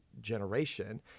generation